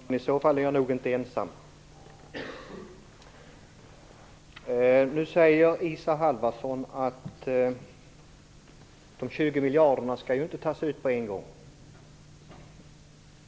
Herr talman! I så fall är jag nog inte ensam. Isa Halvarsson säger att de 20 miljarder kronorna inte skall tas ut på en gång,